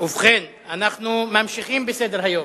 אנחנו ממשיכים בסדר-היום.